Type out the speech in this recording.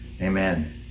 amen